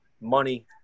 money